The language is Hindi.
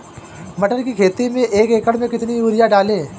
मटर की खेती में एक एकड़ में कितनी यूरिया डालें?